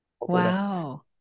Wow